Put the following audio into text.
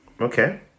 Okay